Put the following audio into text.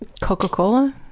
Coca-Cola